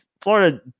Florida